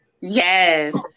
Yes